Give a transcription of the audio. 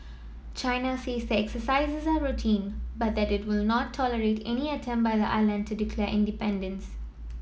China says the exercises are routine but that it will not tolerate any attempt by the island to declare independence